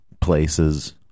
places